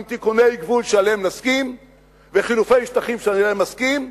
עם תיקוני גבול שעליהם נסכים וחילופי שטחים שעליהם נסכים,